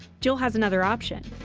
jill has another option.